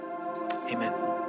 amen